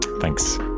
Thanks